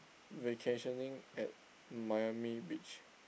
vacationing at Miami beach